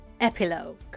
Epilogue